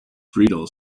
friedel